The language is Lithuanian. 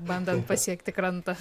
bandant pasiekti krantą